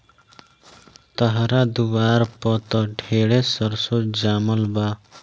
तहरा दुआर पर त ढेरे सरसो जामल बा